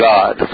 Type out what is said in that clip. God